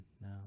No